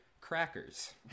crackers